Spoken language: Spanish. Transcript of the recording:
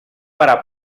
para